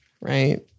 Right